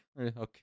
Okay